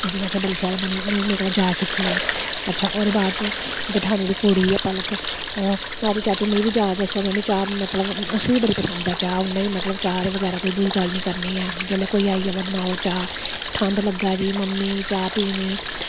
दीदी ने आखेआ बड़ी शैल बनी उ'नें बी मेरे कोला जाच सिक्खी लेई अच्छा ओह्दे बाद च जठानी दी कुड़ी ऐ पलक ओह् आखदी चाची मी बी जाच दस्सो में बी चाह् मतलब उस्सी बी बड़ी पसंद ऐ चाह् उ'न्नै बी मतलब चाह् दे बगैरा कोई दूई गल्ल नेईं करनी ऐ जेल्लै कोई आई जावै बनाओ चाह् ठंड लग्गा दी मम्मी चाह् पीनी